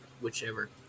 whichever